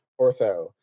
ortho